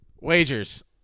Wagers